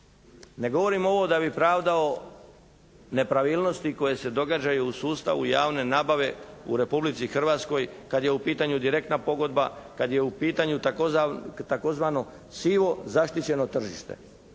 Ne govorim ovo da bi pravdao nepravilnosti koje se događaju u sustavu javne nabave u Republici Hrvatskoj kad je u pitanju direktna pogodba, kad je u pitanju tzv. sivo zaštićeno tržište